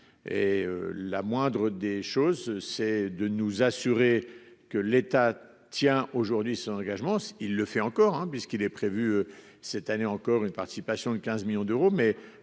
et la moindre des choses c'est de nous assurer que l'État tient aujourd'hui son engagement s'il le fait encore hein puisqu'il est prévu cette année encore, une participation de 15 millions d'euros,